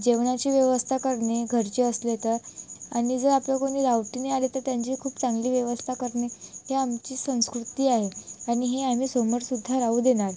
जेवणाची व्यवस्था करणे घरचे असले तर आणि जर आपलं कोणी रहावटीने आले तर त्यांची खूप चांगली व्यवस्था करणे हे आमची संस्कृती आहे आणि हे आम्ही समोर सुद्धा राहू देणार